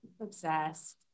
obsessed